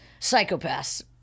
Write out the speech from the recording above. Psychopaths